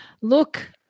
Look